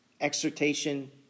Exhortation